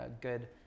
good